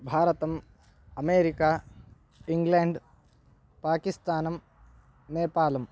भारतम् America England पाकिस्तानं नेपालम्